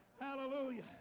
Hallelujah